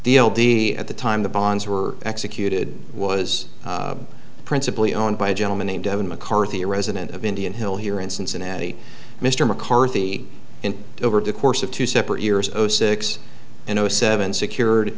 b at the time the bonds were executed was principally owned by a gentleman named evan mccarthy a resident of indian hill here in cincinnati mr mccarthy and over the course of two separate years old six and zero seven secured